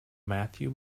matthew